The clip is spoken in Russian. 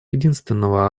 единственного